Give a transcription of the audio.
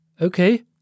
Okay